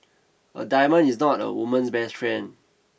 a diamond is not a woman's best friend